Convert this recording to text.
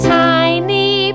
tiny